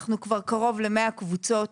אנחנו כבר קרוב ל-100 קבוצות